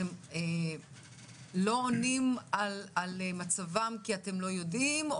אתם לא עונים על מצבם כי אתם לא יודעים?